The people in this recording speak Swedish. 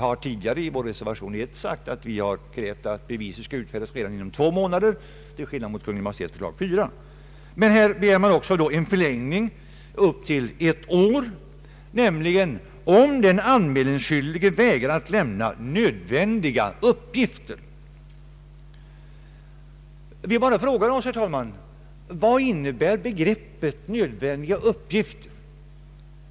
Vi har i reservation 1 krävt att beviset skall utfärdas redan inom två månader, till skillnad mot Kungl. Maj:ts förslag som innebär att beviset skall utfärdas inom fyra månader, men här begär man också en förlängning upp till ett år, om den anmälningsskyldige vägrar att lämna nödvändiga uppgifter. Vi frågar oss bara, herr talman: Vad innebär begreppet nödvändiga uppgifter?